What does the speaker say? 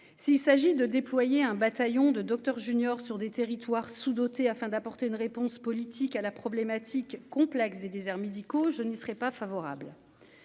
s'il s'agit de déployer un bataillon de Docteur junior sur des territoires sous dotés, afin d'apporter une réponse politique à la problématique complexe des déserts médicaux, je n'y serai pas favorable